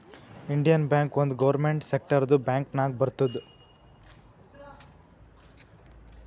Indian Bank ಒಂದ್ government ಸೆಕ್ಟರ್ದು bank ನಾಗ್ ಬರ್ತುದ್